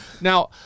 now